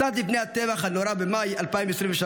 קצת לפני הטבח הנורא, במאי 2023,